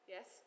Yes